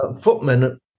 footmen